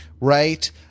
right